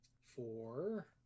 Four